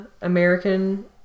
American